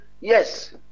yes